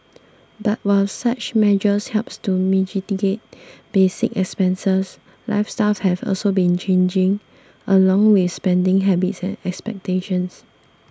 but while such measures help to basic expenses lifestyles have also been changing along with spending habits and expectations